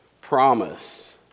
promise